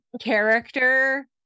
character